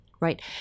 right